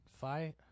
fight